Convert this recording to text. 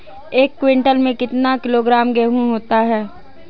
एक क्विंटल में कितना किलोग्राम गेहूँ होता है?